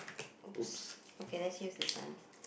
!oops! okay let use this one